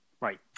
right